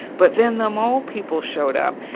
but then the mole people showed up.